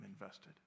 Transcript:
invested